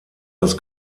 das